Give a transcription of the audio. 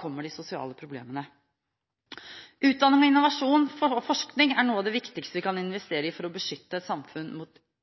kommer de sosiale problemene. Utdanning, innovasjon og forskning er noe av det viktigste vi kan investere i for å beskytte et samfunn mot